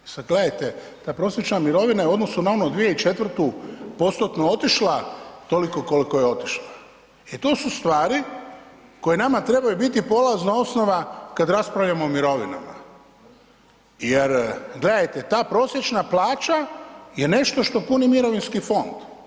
I sada gledajte, ta prosječna mirovina je u odnosu na 2004. postotno otišla toliko koliko je otišla i to su stvari koje nama trebaju biti polazna osnova kada raspravljamo o mirovinama jer gledajte ta prosječna plaća je nešto što puni mirovinski fond.